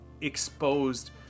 exposed